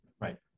right